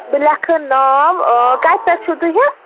بہٕ لیٚکھٕ ناو کَتہِ پٮ۪ٹھ چھُو تُہۍ یہِ